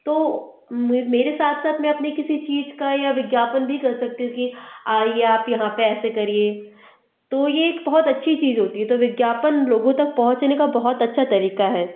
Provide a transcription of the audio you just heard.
तो म मेरे साथ साथ मै अपनी किसी चीज का या विज्ञापन भी कर सकती हूँ कि आइए आप यहाँ पर ऐसे करिए तो ये एक बहुत अच्छी चीज होती है तो विज्ञापन लोगों तक पहुँचने का बहुत अच्छा तरीका है